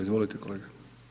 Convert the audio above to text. Izvolite kolega.